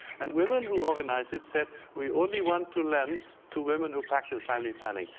and women who organized it said we only want to lend to women who practice family planning.